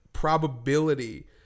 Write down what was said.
probability